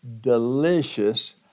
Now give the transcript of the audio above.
delicious